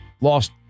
lost